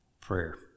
prayer